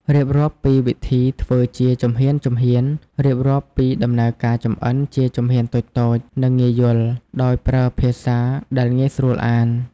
រៀបរាប់ពីវិធីធ្វើជាជំហានៗរៀបរាប់ពីដំណើរការចម្អិនជាជំហានតូចៗ និងងាយយល់ ដោយប្រើភាសាដែលងាយស្រួលអាន។